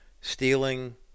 stealing